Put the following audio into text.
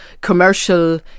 commercial